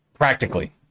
Practically